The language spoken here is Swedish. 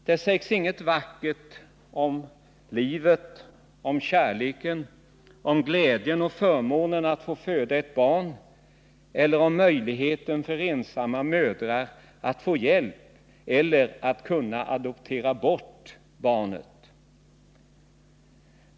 Det sägs inget vackert om livet, om kärleken, om glädjen och om förmånen att få föda ett barn eller om möjligheten för ensamma mödrar att få hjälp eller att kunna adoptera bort barnet.